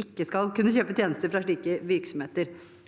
ikke skal kunne kjøpe tjenester fra slike virksomheter.